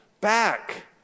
back